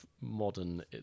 modern